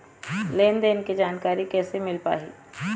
लेन देन के जानकारी कैसे मिल पाही?